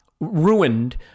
ruined